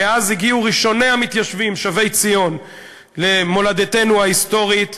מאז הגיעו ראשוני המתיישבים שבי ציון למולדתנו ההיסטוריות,